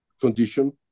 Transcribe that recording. condition